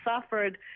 suffered